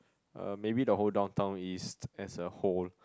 uh maybe the whole Downtown-East as a whole